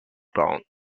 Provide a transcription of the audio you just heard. ground